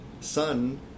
Son